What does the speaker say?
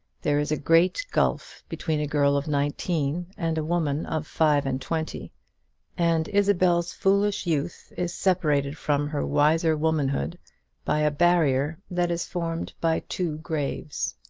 there is a great gulf between a girl of nineteen and a woman of five-and twenty and isabel's foolish youth is separated from her wiser womanhood by a barrier that is formed by two graves.